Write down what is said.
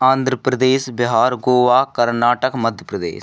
Andhra Pradesh Bihar Goa Karnataka Madhya Pradesh